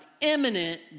imminent